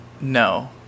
no